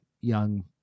young